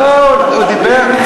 לא, הוא לא דיבר על